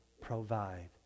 provide